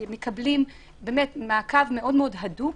יש מעקב מאוד מאוד הדוק,